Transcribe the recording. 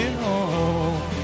home